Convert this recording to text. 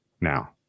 now